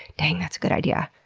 dang, that's a good idea.